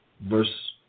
Verse